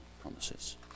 promises